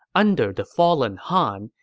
under the fallen han,